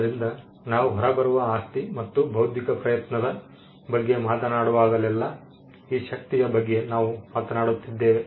ಆದ್ದರಿಂದ ನಾವು ಹೊರಬರುವ ಆಸ್ತಿ ಮತ್ತು ಬೌದ್ಧಿಕ ಪ್ರಯತ್ನದ ಬಗ್ಗೆ ಮಾತನಾಡುವಾಗಲೆಲ್ಲಾ ಈ ಶಕ್ತಿಯ ಬಗ್ಗೆ ನಾವು ಮಾತನಾಡುತ್ತಿದ್ದೇವೆ